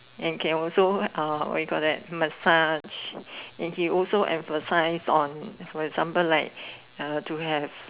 and can also uh what you call that massage and he also emphasise on for example like uh to have